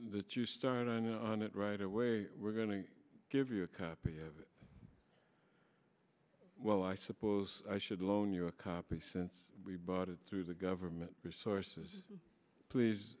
that you start in on it right away we're going to give you a copy of it well i suppose i should loan you a copy since we bought it through the government resources please